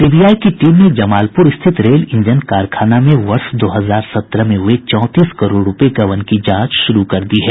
CBI की team ने जमालपुर स्थित रेल इंजन कारखाना में वर्ष दो हजार सत्रह में हुये चौंतीस करोड़ रूपये गबन की जांच शुरू कर दी है